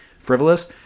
frivolous